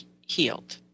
healed